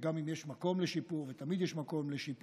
גם אם יש מקום לשיפור, ותמיד יש מקום לשיפור,